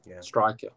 striker